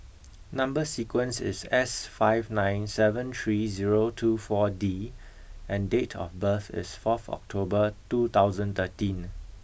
number sequence is S five nine seven three zero two four D and date of birth is fourth October two thousand and thirteen